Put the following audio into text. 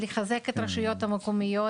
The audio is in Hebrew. לחזק את הרשויות המקומיות,